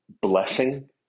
blessing